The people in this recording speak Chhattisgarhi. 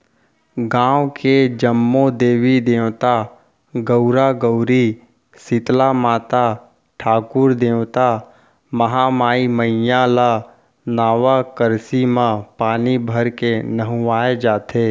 गाँव के जम्मो देवी देवता, गउरा गउरी, सीतला माता, ठाकुर देवता, महामाई मईया ल नवा करसी म पानी भरके नहुवाए जाथे